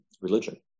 religion